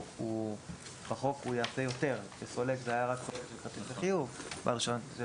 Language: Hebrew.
הוא יעשה יותר כי סולק היה רק כרטיסי חיוב ובעל רישיון נותן